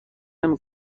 نمی